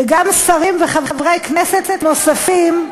וגם שרים וחברי כנסת נוספים,